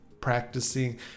practicing